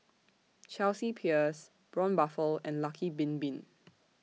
Chelsea Peers Braun Buffel and Lucky Bin Bin